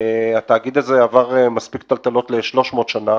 התאגיד הזה עבר מספיק טלטלות ל-300 שנים,